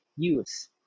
Use